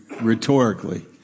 rhetorically